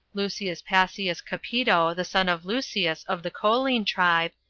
lucius paccius capito, the son of lucius, of the colline tribe,